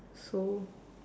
so